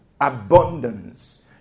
Abundance